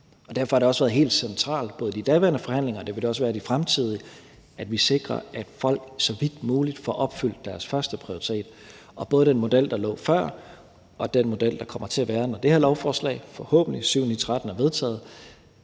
derfor har det også været helt centralt både i de daværende forhandlinger og i de fremtidige, at vi sikrer, at folk så vidt muligt får opfyldt deres førsteprioritet. Og både den model, der lå før, og den model, der kommer til at være, når det her lovforslag forhåbentlig – syv-ni-tretten